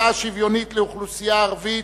הקצאה שוויונית לאוכלוסייה הערבית),